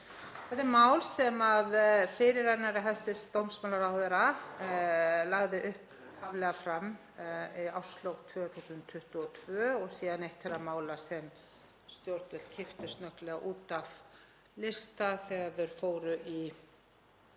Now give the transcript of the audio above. Þetta er mál sem fyrirrennari hæstv. dómsmálaráðherra lagði upphaflega fram í árslok 2022 og er síðan eitt þeirra mála sem stjórnvöld kipptu snögglega út af lista þegar þau fóru í